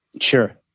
sure